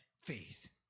faith